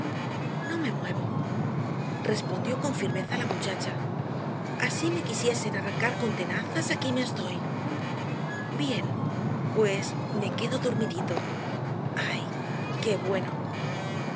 no me muevo respondió con firmeza la muchacha así me quisiesen arrancar con tenazas aquí me estoy bien pues me quedo dormidito ay qué bueno